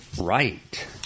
right